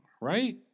right